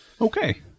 Okay